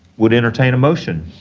would entertain a motion?